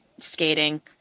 Skating